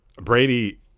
Brady